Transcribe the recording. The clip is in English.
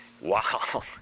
wow